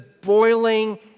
boiling